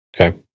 Okay